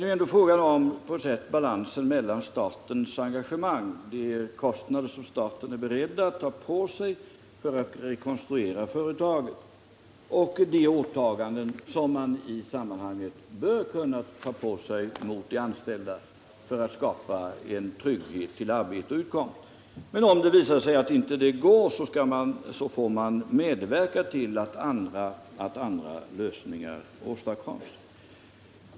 Det är här fråga om en balans mellan statens engagemang - de kostnader som staten är beredd att ta på sig för att rekonstruera företagen — och de åtaganden som företagen i detta sammanhang bör kunna ta på sig för att skapa trygghet till arbete och utkomst för de anställda. Men om det visar sig att denna lösning inte fungerar, får man medverka till att andra lösningar åstadkommes.